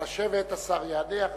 נא לשבת, השר יענה.